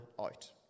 out